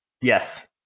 Yes